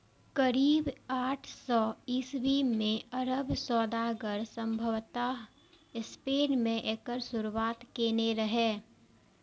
करीब आठ सय ईस्वी मे अरब सौदागर संभवतः स्पेन मे एकर शुरुआत केने रहै